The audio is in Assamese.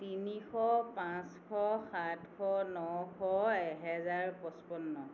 তিনিশ পাঁচশ সাতশ নশ এহেজাৰ পঁচপন্ন